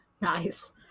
nice